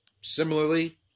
Similarly